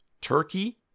Turkey